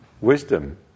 wisdom